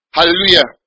Hallelujah